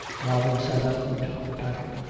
robin sat up and took the packet.